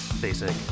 basic